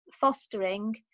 fostering